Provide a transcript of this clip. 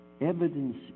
evidence